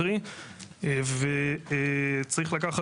אלא אם כן יבואו